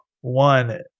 one